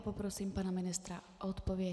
Poprosím pana ministra o odpověď.